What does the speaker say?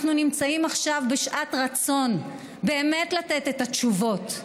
אנחנו נמצאים עכשיו בשעת רצון באמת לתת את התשובות,